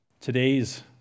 Today's